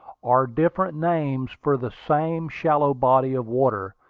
are different names for the same shallow body of water,